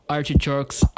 Artichokes